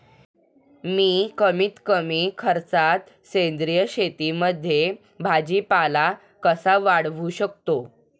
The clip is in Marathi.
मी कमीत कमी खर्चात सेंद्रिय शेतीमध्ये भाजीपाला कसा वाढवू शकतो?